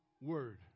Word